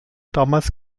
damals